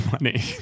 money